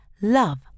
love